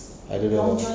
I don't know